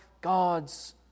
God's